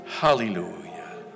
Hallelujah